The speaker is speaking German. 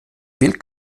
will